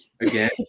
again